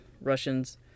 russians